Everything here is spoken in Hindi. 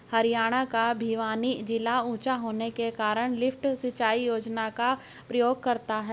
हरियाणा का भिवानी जिला ऊंचा होने के कारण लिफ्ट सिंचाई योजना का प्रयोग करता है